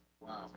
Wow